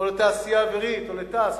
לתעשייה האווירית או לתע"ש,